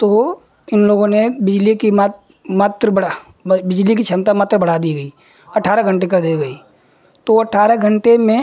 तो इन लोगों ने बिजली की मात्र मात्रा बढ़ा बिजली की क्षमता मात्रा बढ़ा दी गई अठारह घण्टे कर दी गई तो अठारह घण्टे में